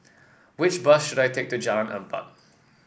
which bus should I take to Jalan Empat